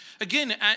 Again